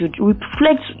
Reflect